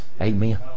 amen